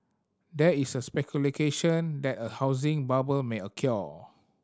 there is speculation that a housing bubble may occur